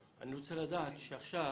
אני רוצה לדעת שעכשיו